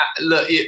Look